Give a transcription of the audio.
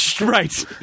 Right